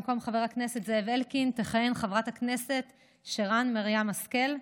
במקום חבר הכנסת זאב אלקין תכהן חברת הכנסת שרן מרים השכל,